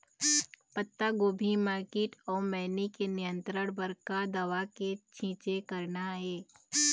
पत्तागोभी म कीट अऊ मैनी के नियंत्रण बर का दवा के छींचे करना ये?